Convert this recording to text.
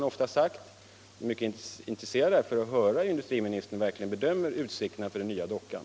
Därför är jag mycket angelägen att höra hur industriministern bedömer utsikterna för den nya dockan.